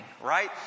Right